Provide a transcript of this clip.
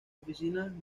oficinas